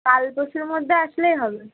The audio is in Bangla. কাল পরশুর মধ্যে আসলেই হবে